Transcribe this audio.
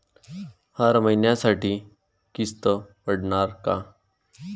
हर महिन्यासाठी किस्त पडनार का?